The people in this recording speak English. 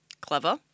Clever